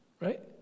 Right